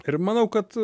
ir manau kad